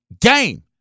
game